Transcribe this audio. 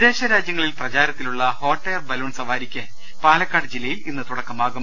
വിദേശ രാജ്യങ്ങളിൽ പ്രചാരത്തിലുള്ള ഹോട്ട് എയർ ബലൂൺ സവാരിക്ക് പാലക്കാട് ജില്ലയിൽ ഇന്ന് തുടക്കമാകും